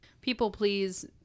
People-please